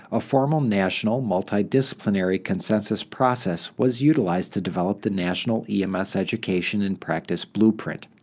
a formal national, multi-disciplinary consensus process was utilized to develop the national ems education and practice blueprint.